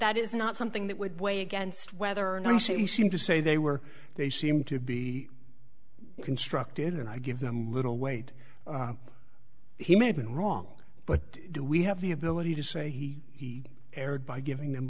that is not something that would weigh against whether or not you say he seemed to say they were they seem to be constructed and i give them a little weight he may have been wrong but do we have the ability to say he erred by giving them